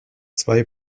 zwei